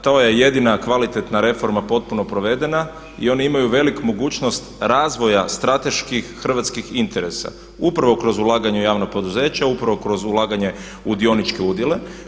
To je jedina kvalitetna reforma potpuno provedena i oni imaju veliku mogućnost razvoja strateških hrvatskih interesa upravo kroz ulaganje u javno poduzeće, upravo kroz ulaganje u dioničke udjele.